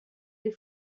les